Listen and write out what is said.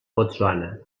botswana